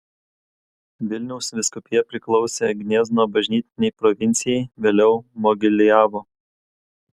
vilniaus vyskupija priklausė gniezno bažnytinei provincijai vėliau mogiliavo